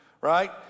right